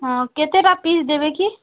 ହଁ କେତେଟା ପିସ୍ ଦେବେ କି